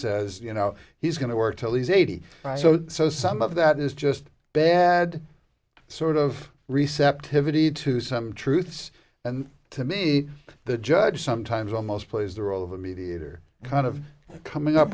says you know he's going to work till he's eighty so so some of that is just bad sort of receptivity to some truths and to me the judge sometimes almost plays the role of a mediator kind of coming up